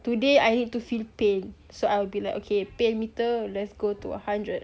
today I need to feel pain so I'll be like okay pain meter let's go to a hundred